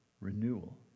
renewal